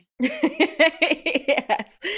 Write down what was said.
Yes